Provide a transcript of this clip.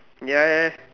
ya ya ya